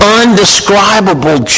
undescribable